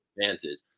advantage